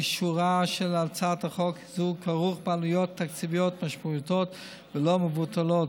אישורה של הצעת חוק זו כרוך בעלויות תקציביות משמעותיות ולא מבוטלות,